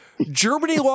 Germany